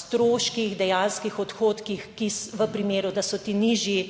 stroških, dejanskih odhodkih, ki v primeru, da so ti nižji